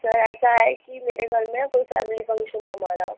sir ऐसा है की मेरे घर में कोई फ़ैमिली फंक्शन है हमारा